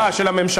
אה, של הממשלה.